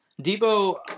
Debo